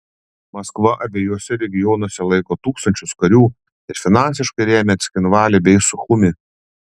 maskva abiejuose regionuose laiko tūkstančius karių ir finansiškai remia cchinvalį bei suchumį